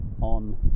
on